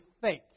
fake